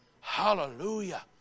Hallelujah